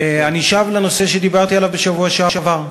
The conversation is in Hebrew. אני שב לנושא שדיברתי עליו בשבוע שעבר.